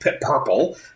Purple